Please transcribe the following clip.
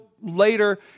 later